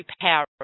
power